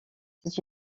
c’est